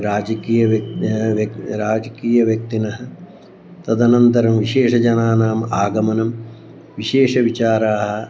राजकीय व्यक् राजकीयव्यक्तिनः तदनन्तरं विशेषजनानाम् आगमनं विशेषविचाराः